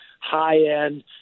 high-end